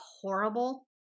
horrible